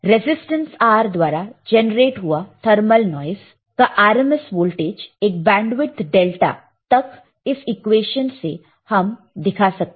resistance R द्वारा generate हुआ thermal noise का RMS वोल्टेज एक बैंडविथ डेल्टा F तक इस इक्वेशन से हम दिखा सकते हैं